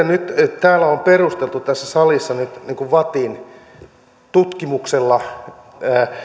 nyt täällä on perusteltu tässä salissa vattin tutkimuksella